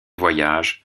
voyages